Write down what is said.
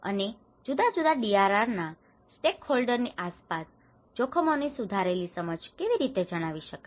અને જુદા જુદા ડીઆરઆર ના સ્ટેકહોલ્ડર ની આસપાસ જોખમો ની સુધારેલી સમજ કેવી રીતે જણાવી શકાય